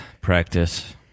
Practice